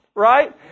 Right